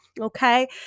okay